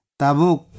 tabuk